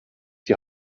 die